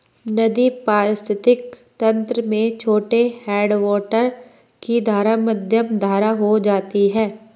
नदी पारिस्थितिक तंत्र में छोटे हैडवाटर की धारा मध्यम धारा हो जाती है